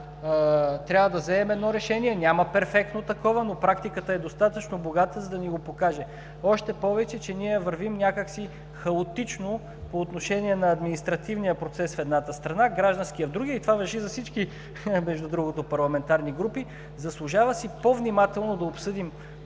Трябва да вземем едно решение, няма перфектно такова, но практиката е достатъчно богата, за да ни го покаже, още повече че ние вървим някак си хаотично по отношение на административния процес, в едната страна, гражданския – в друга. И това, между другото, важи за всички парламентарни групи. Заслужава си по-внимателно да обсъдим въпроса